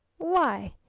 why,